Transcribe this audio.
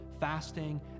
fasting